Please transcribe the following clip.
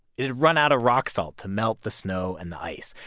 it had run out of rock salt to melt the snow and the ice,